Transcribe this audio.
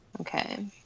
Okay